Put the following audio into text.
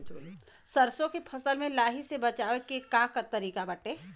सरसो के फसल से लाही से बचाव के का तरीका बाटे?